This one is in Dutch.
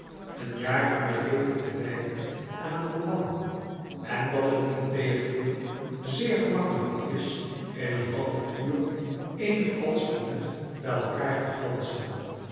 een jaar van je leven te wijden aan een roman en dat het integendeel zeer gemakkelijk is in een half uur eenig valsch vernuft bij elkaâr te flansen